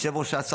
יושב-ראש ש"ס,